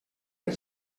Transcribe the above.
per